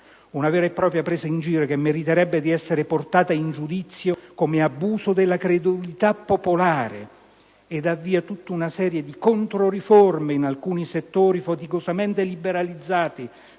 una vera e propria presa in giro, che meriterebbe di essere portata in giudizio come abuso della credulità popolare, ed avvia tutta una serie di controriforme in alcuni settori, faticosamente liberalizzati